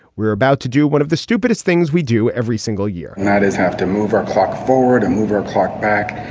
we're about to do one of the stupidest things we do every single year and that is have to move our clock forward and move our clock back.